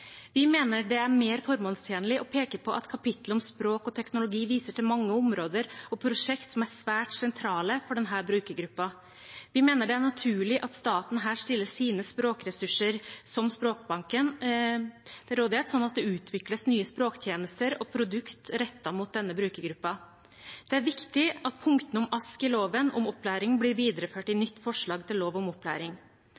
Vi mener det er mer formålstjenlig å peke på at kapittelet om språk og teknologi viser til mange områder og prosjekter som er svært sentrale for denne brukergruppen. Vi mener det er naturlig at staten her stiller sine språkressurser, som Språkbanken, til rådighet, slik at det utvikles nye språktjenester og produkter rettet mot denne brukergruppen. Det er viktig at punktene om ASK i opplæringsloven blir videreført i nytt forslag til lov om opplæring. Kristelig Folkeparti ønsker derfor at det i